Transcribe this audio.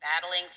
battling